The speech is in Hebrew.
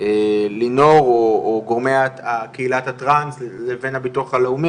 לינור או גורמי קהילת הטראנס לבין הביטוח הלאומי,